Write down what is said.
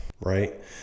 right